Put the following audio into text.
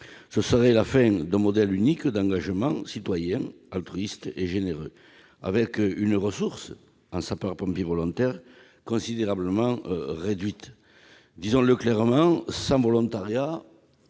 Ce serait la fin d'un modèle unique d'engagement citoyen altruiste et généreux, avec une ressource en sapeurs-pompiers volontaires considérablement réduite. Disons-le clairement : sans volontariat,